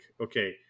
okay